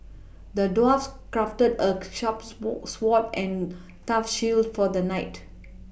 the dwarf crafted a sharp sword and tough shield for the knight